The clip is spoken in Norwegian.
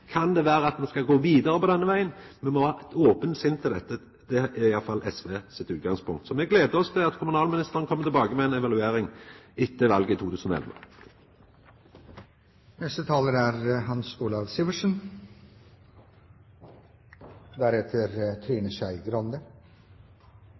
Kan det vera at me skal gå vidare på denne vegen? Me må ha eit ope sinn til dette. Det er i alle fall SV sitt utgangspunkt. Så me gleder oss til at kommunalministeren kjem tilbake med ei evaluering etter valet i 2011. Det er